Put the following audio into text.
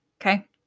Okay